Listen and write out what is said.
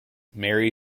mary